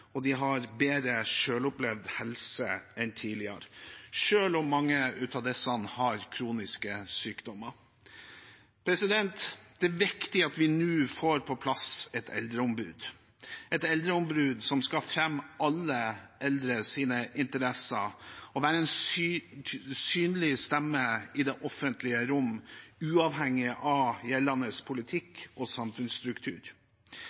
og de har bedre selvopplevd helse enn tidligere, selv om mange av dem har kroniske sykdommer. Det er viktig at vi nå får på plass et eldreombud, et eldreombud som skal fremme interessene til alle eldre og være en synlig stemme i det offentlige rom, uavhengig av gjeldende